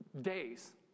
days